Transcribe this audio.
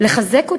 לחזק אותם.